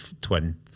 twin